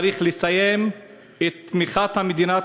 צריך לסיים את תמיכת המדינה,